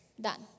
Done